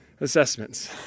assessments